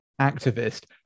activist